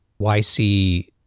YC